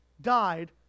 died